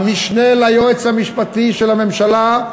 המשנה ליועץ המשפטי של הממשלה,